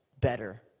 better